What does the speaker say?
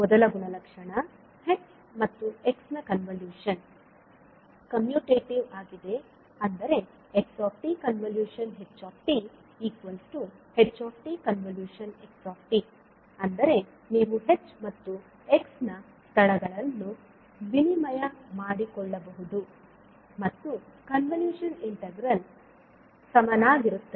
ಮೊದಲ ಗುಣಲಕ್ಷಣ h ಮತ್ತು x ನ ಕನ್ವಲೂಶನ್ ಕಮ್ಯುಟೇಟಿವ್ ಆಗಿದೆ ಅಂದರೆ xhhx ಅಂದರೆ ನೀವು h ಮತ್ತು x ನ ಸ್ಥಳಗಳನ್ನು ವಿನಿಮಯ ಮಾಡಿಕೊಳ್ಳಬಹುದು ಮತ್ತು ಕನ್ವಲೂಶನ್ ಇಂಟಿಗ್ರಲ್ ಸಮನಾಗಿರುತ್ತದೆ